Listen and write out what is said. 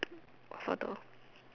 got photo